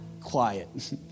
quiet